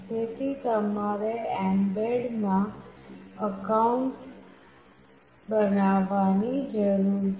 તેથી તમારે એમ્બેડ માં એકાઉન્ટ બનાવવાની જરૂર છે